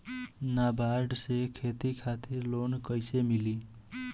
नाबार्ड से खेती खातिर लोन कइसे मिली?